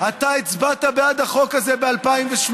אתה הצבעת בעד החוק הזה ב-2008,